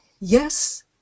Yes